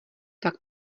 tak